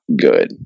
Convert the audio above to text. good